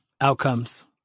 Outcomes